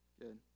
Good